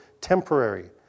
temporary